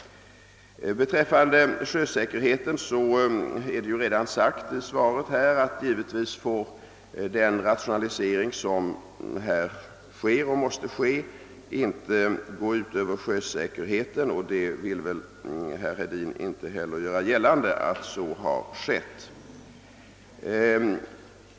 Beträffande sjösäkerheten sades det ju i svaret att den rationalisering som sker och måste ske inte får gå ut över sjösäkerheten; herr Hedin vill väl inte göra gällande att så har skett?